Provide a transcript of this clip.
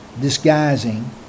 disguising